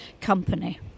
Company